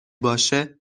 باشه